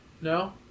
no